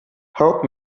help